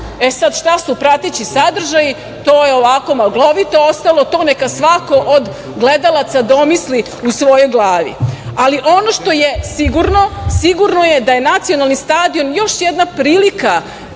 E, sad, šta su prateći sadržaji, to je maglovito ostalo, to neka svako od gledala domisli u svojoj glavi. Ali, ono što je sigurno, sigurno je da je nacionalni stadion još jedna prilika